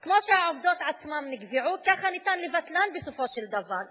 כמו שהעובדות עצמן נקבעו ככה אפשר לבטלן בסופו של דבר.